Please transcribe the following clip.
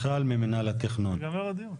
ממינהל התכנון.